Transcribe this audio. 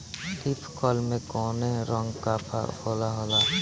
Leaf curl में कौने रंग का फफोला होला?